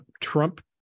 trump